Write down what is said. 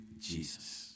Jesus